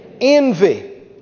Envy